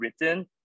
written